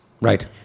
Right